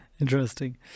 Interesting